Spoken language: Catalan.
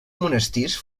monestirs